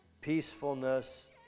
peacefulness